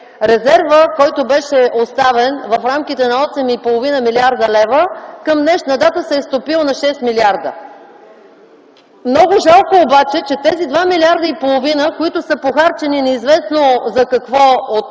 резервът, който беше оставен в рамките на 8,5 млрд. лева, към днешна дата се е стопил на 6 млрд. Много жалко обаче, че тези 2,5 млрд., които са похарчени неизвестно за какво от